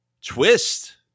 Twist